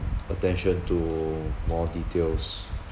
attention to more details